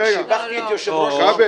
שיבחתי את יושב ראש רשות החשמל.